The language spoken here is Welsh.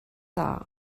dda